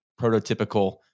prototypical